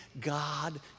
God